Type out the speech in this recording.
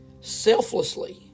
selflessly